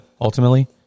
ultimately